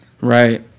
Right